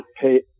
pay